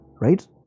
right